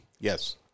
yes